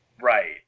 right